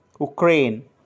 Ukraine